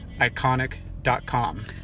iconic.com